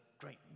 great